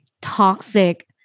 toxic